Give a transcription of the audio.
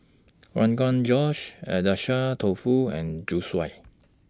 Rogan Josh Agedashi Dofu and Zosui